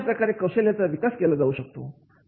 अशाप्रकारे कौशल्यांचा विकास केला जाऊ शकतो